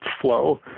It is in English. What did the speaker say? flow